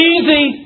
Easy